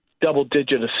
double-digit